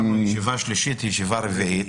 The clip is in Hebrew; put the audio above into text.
אנחנו בישיבה רביעית.